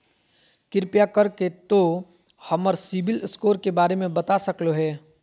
कृपया कर के तों हमर सिबिल स्कोर के बारे में बता सकलो हें?